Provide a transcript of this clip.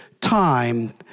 time